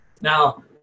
Now